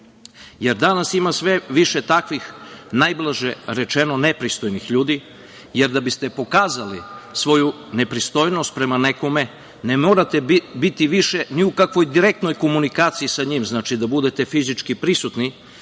Danas ima sve više takvih, najblaže rečeno, nepristojnih ljudi, jer da biste pokazali svoju nepristojnost prema nekome ne morate biti više ni u kakvoj direktnoj komunikaciji sa njim, da budete fizički prisutni,